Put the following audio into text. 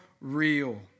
real